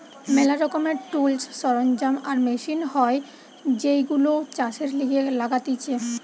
ম্যালা রকমের টুলস, সরঞ্জাম আর মেশিন হয় যেইগুলো চাষের লিগে লাগতিছে